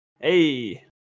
Hey